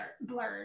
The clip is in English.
blurred